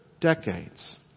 decades